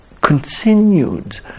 continued